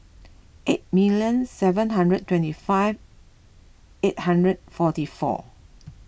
eight million seven hundred twenty five eight hundred forty four